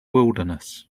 wilderness